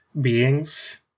beings